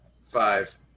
Five